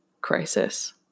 crisis